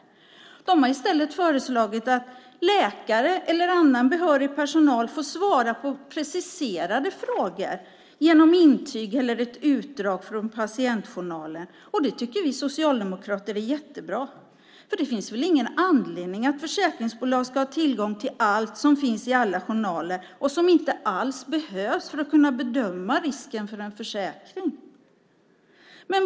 Man föreslår i stället att läkare eller annan behörig personal får svara på preciserade frågor genom intyg eller ett utdrag ur patientjournalen. Det tycker vi socialdemokrater är jättebra, för det finns väl ingen anledning att försäkringsbolag ska ha tillgång till allt som finns i alla journaler och som inte alls behövs för att man ska kunna bedöma risken för en försäkring.